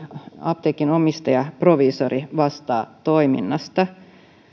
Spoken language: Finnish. apteekin omistaja proviisori vastaa toiminnasta